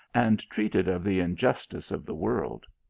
and treated of the injustice of the world.